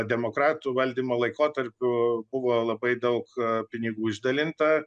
demokratų valdymo laikotarpiu buvo labai daug pinigų išdalinta